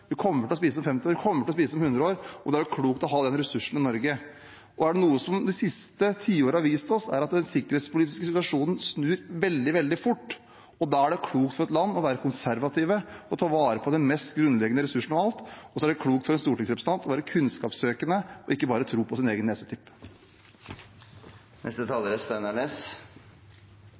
Vi kommer til å spise om 50 år og om 100 år, og da er det klokt å ha den ressursen i Norge. Er det noe de siste tiårene har vist oss, er det at den sikkerhetspolitiske situasjonen snur veldig, veldig fort. Da er det klokt for et land å være konservativ og ta vare på den mest grunnleggende ressursen av alt. Og det er klokt for en stortingsrepresentant å være kunnskapssøkende – ikke bare tro på det som er ved egen nesetipp.